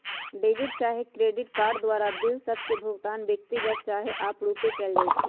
debit चाहे credit card द्वारा bill सभ के भुगतान व्यक्तिगत चाहे आपरुपे कएल जाइ छइ